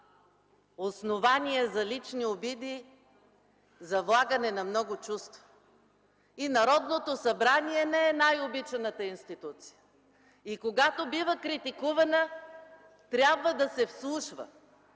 основание за лични обиди, за влагане на много чувства! И Народното събрание не е най-обичаната институция! Когато бива критикувана, трябва да се вслушва,